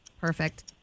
perfect